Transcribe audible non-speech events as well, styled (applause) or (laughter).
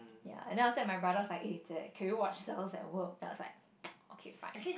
ya and then after that my brother was like eh jie can we watch cells-at-work and I was like (noise) okay fine